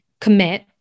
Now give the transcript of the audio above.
commit